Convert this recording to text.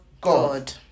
God